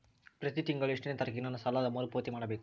ಪ್ರತಿ ತಿಂಗಳು ಎಷ್ಟನೇ ತಾರೇಕಿಗೆ ನನ್ನ ಸಾಲದ ಮರುಪಾವತಿ ಮಾಡಬೇಕು?